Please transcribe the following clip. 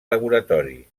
laboratori